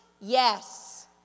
Yes